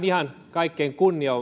ihan kaikkein